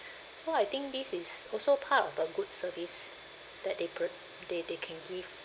so I think this is also part of a good service that they pro~ that they can give